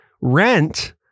rent